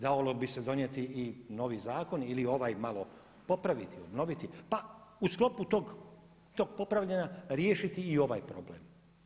Dalo bi se donijeti i novi zakon ili ovaj malo popraviti, obnoviti pa u sklopu tog popravljanja riješiti i ovaj problem.